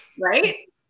right